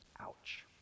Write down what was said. Ouch